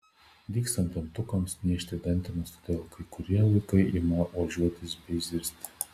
dygstant dantukams niežti dantenas todėl kai kurie vaikai ima ožiuotis bei zirzti